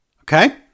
okay